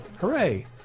hooray